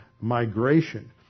migration